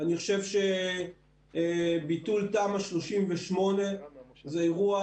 אני חושב שביטול תמ"א 38 זה אירוע